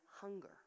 hunger